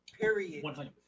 period